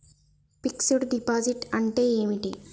Fix డ్ deposit అంటే ఏమిటి?